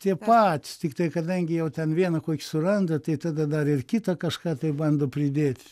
tie patys tiktai kadangi jau ten vieną kokį suranda tai tada dar ir kitą kažką taip bando pridėt